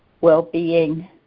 well-being